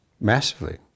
Massively